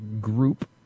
group